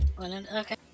okay